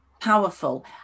powerful